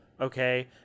okay